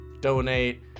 Donate